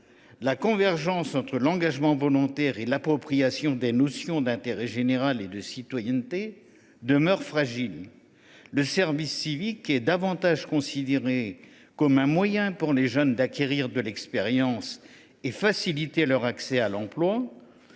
la convergence entre l’engagement volontaire et l’appropriation des notions d’intérêt général et de citoyenneté demeure fragile. Le service civique est plus considéré comme un moyen pour les jeunes d’acquérir de l’expérience et de faciliter l’accès à l’emploi